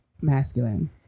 masculine